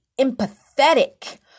empathetic